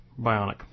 bionic